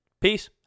Peace